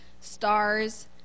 stars